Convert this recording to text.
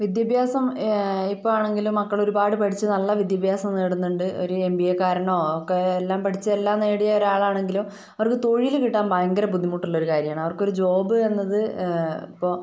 വിദ്യാഭ്യാസം എപ്പോൾ വേണമെങ്കിലും മക്കളൊരുപാട് പഠിച്ച് നല്ല വിദ്യാഭ്യാസം നേടുന്നുണ്ട് ഒരു എം ബി എക്കാരനോ ഒക്കെ എല്ലാം പഠിച്ച് എല്ലാം നേടിയ ഒരാളാണെങ്കിലും അവർക്ക് തൊഴിൽ കിട്ടാൻ ഭയകര ബുദ്ധിമുട്ടുള്ളൊരു കാര്യമാണ് അവർക്കൊരു ജോബ് എന്നത് ഇപ്പോൾ